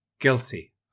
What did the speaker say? Guilty